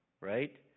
right